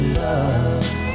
love